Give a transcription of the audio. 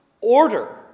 order